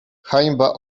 hańba